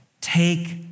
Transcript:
take